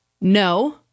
No